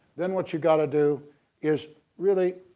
then what you got to do is really